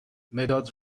مداد